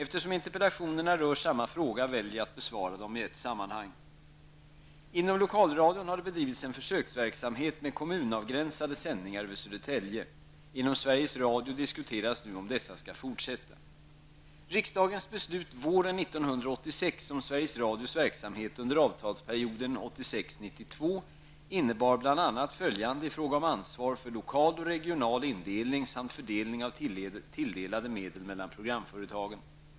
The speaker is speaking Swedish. Eftersom interpellationerna rör samma fråga väljer jag att besvara dem i ett sammanhang. Inom lokalradion har det bedrivits en försöksverksamhet med kommunavgränsade sändningar över Södertälje. Inom Sveriges Radio diskuteras nu om dessa skall fortsätta. följande i fråga om ansvar för lokal och regional indelning samt fördelning av tilldelade medel mellan programföretagen.